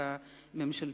כחקיקה ממשלתית.